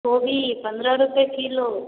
कोबी पनरह रुपै किलो